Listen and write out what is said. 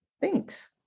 Thanks